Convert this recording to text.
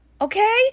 Okay